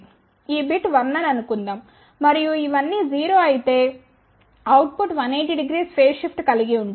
ఈ బిట్ 1 అని అనుకుందాం మరియు ఇవన్నీ 0 అయితే అవుట్ పుట్ 1800 ఫేజ్ షిఫ్ట్ కలిగి ఉంటుంది